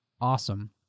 awesome